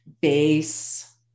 base